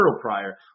prior